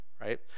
right